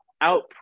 out